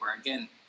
again